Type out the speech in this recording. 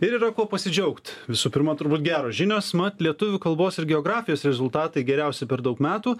ir yra kuo pasidžiaugt visų pirma turbūt geros žinios mat lietuvių kalbos ir geografijos rezultatai geriausi per daug metų